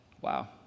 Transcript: Wow